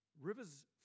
rivers